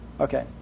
Okay